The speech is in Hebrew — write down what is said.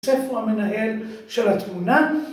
‫ספר המנהל של התמונה.